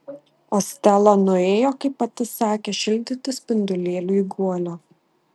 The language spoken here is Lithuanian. o stela nuėjo kaip pati sakė šildyti spindulėliui guolio